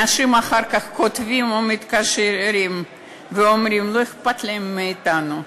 אנשים אחר כך כותבים או מתקשרים ואומרים: לא אכפת להם מאתנו,